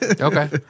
Okay